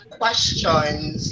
questions